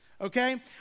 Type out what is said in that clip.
okay